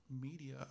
media